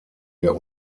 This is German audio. der